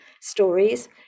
stories